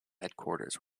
headquarters